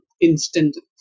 instantly